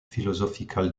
philosophical